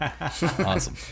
Awesome